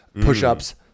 push-ups